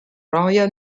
royal